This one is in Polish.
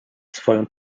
swoją